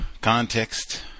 Context